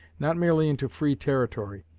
not merely into free territory,